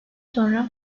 sonra